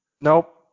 Nope